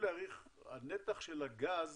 הנתח של הגז